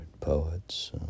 poets